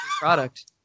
product